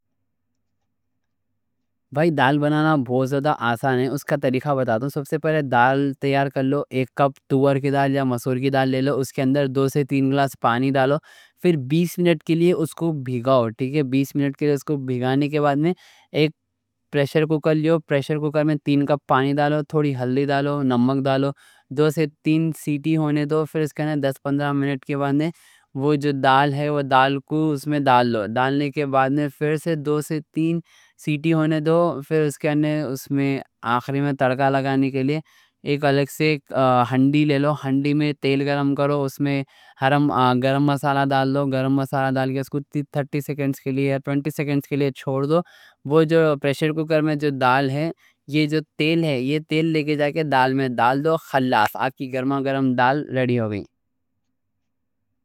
بھائی دال بنانا بہت زیادہ آسان ہے، اس کا طریقہ بتاتا ہوں۔ سب سے پہلے دال تیار کر لو، ایک کپ تور کی دال یا مسور کی دال لے لو۔ اس کے اندر دو سے تین گلاس پانی ڈالو، پھر بیس منٹ کے لیے اس کو بھیگاؤ۔ ٹھیک ہے، بیس منٹ کے لیے اس کو بھیگانے کے بعد میں ایک پریشر کوکر لے لو۔ پریشر کوکر میں تین کپ پانی ڈالو، تھوڑی ہلدی ڈالو، نمک ڈالو، دو سے تین سیٹی ہونے دو۔ پھر دس پندرہ منٹ کے بعد میں پھر سے دو سے تین سیٹی ہونے دو۔ آخری میں تڑکا لگانے کے لیے ایک الگ سے ہنڈی لے لو۔ ہنڈی میں تیل گرم کرو، اس میں گرم مسالہ ڈال لو۔ گرم مسالہ ڈال کے اس کو تیس سیکنڈز کے لیے چھوڑ دو۔ وہ جو پریشر کوکر میں جو دال ہے، یہ جو تیل ہے، یہ تیل لے کے جا کے دال میں ڈال دو۔ خلاص، آپ کی گرما گرم دال ریڈی ہو گئی۔